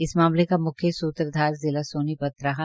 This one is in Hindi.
इस मामले का म्ख्य सूत्रधार जिला सोनीपत रहा